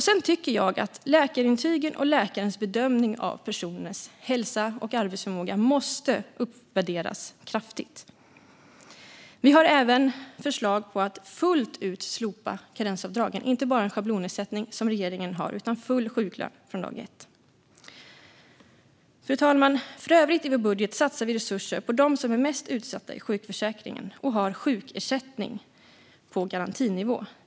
Sedan tycker jag att läkarintygen och läkarens bedömning av personers hälsa och arbetsförmåga måste uppvärderas kraftigt. Vi har även förslag på att fullt ut slopa karensavdragen - inte bara ha en schablonersättning, som regeringen har, utan full sjuklön från dag ett. Fru talman! För övrigt i vår budget satsar vi resurser på dem som är mest utsatta i sjukförsäkringen och har sjukersättning på garantinivå.